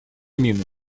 мины